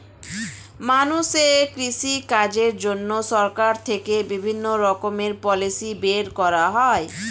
মানুষের কৃষি কাজের জন্য সরকার থেকে বিভিন্ন রকমের পলিসি বের করা হয়